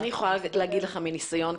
אני יכולה לומר לך מניסיון,